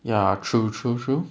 ya true true true